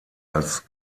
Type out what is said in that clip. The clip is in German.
als